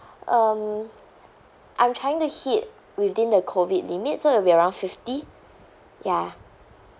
um I'm trying the hit within the COVID limits so it'll be around fifty ya